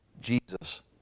Jesus